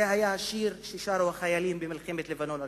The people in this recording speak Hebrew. זה היה השיר ששרו החיילים במלחמת לבנון הראשונה.